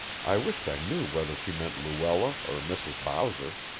i wished i knew whether she meant luella or mrs. bowser.